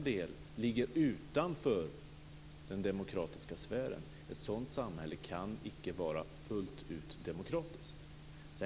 - ligger utanför den demokratiska sfären, icke kan vara fullt ut demokratiskt.